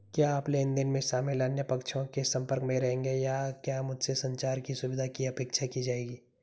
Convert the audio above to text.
क्या आप लेन देन में शामिल अन्य पक्षों के संपर्क में रहेंगे या क्या मुझसे संचार की सुविधा की अपेक्षा की जाएगी?